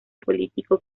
político